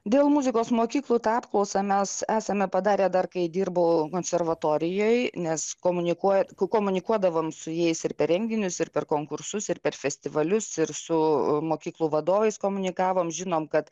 dėl muzikos mokyklų apklausą mes esame padarę dar kai dirbau konservatorijoj nes komunikuoja komunikuodavom su jais ir per renginius ir per konkursus ir per festivalius ir su mokyklų vadovais komunikavom žinom kad